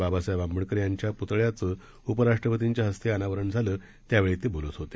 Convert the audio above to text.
बाबासाहेब आंबेडकर यांच्या प्तळ्याचं उपराष्ट्रपतींच्या हस्ते अनावरण झालं त्याप्रसंगी ते बोलत होते